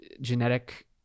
genetic